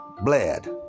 bled